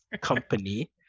company